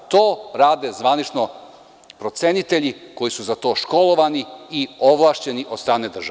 To rade zvanično procenitelji koji su za to školovani i ovlašćeni od strane države.